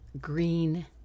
green